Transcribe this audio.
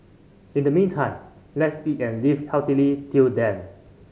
in the meantime let's eat and live healthily till then